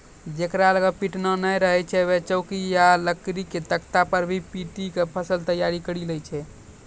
जेकरा लॅ पिटना नाय रहै छै वैं चौकी या लकड़ी के तख्ता पर भी पीटी क फसल तैयार करी लै छै